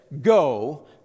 Go